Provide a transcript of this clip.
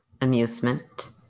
amusement